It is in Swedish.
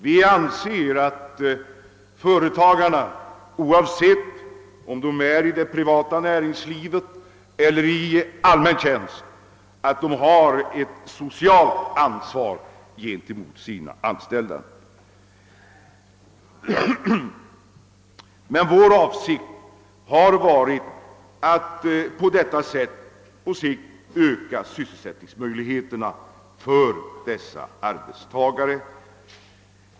Vi anser att företagarna, oavsett om de verkar inom det privata näringslivet eller är i allmän tjänst, har ett socialt ansvar mot sina anställda. Men vår avsikt har varit att på sikt öka sysselsättningsmöjligheterna för ifrågavarande arbetstagare.